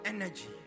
Energy